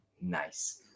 Nice